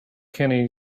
kenny